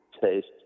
taste